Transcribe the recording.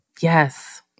Yes